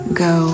go